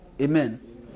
Amen